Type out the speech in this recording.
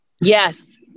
Yes